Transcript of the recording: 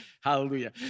Hallelujah